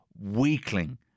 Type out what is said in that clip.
weakling